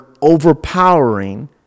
overpowering